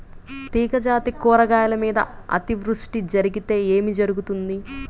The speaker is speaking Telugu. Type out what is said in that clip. తీగజాతి కూరగాయల మీద అతివృష్టి జరిగితే ఏమి జరుగుతుంది?